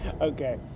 Okay